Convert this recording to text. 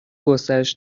گسترش